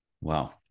Wow